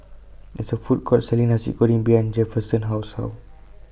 There IS A Food Court Selling Nasi Goreng behind Jefferson's House Hall